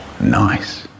nice